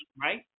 right